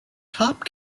top